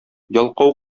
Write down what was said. ялкау